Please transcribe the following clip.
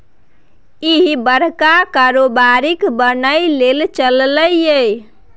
इह बड़का कारोबारी बनय लए चललै ये